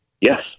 yes